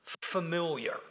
familiar